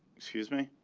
excuse me.